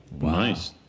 nice